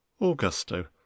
augusto